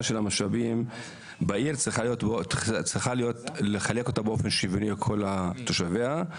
של המשאבים בעיר צריך לחלק באופן שוויוני לכל תושביה.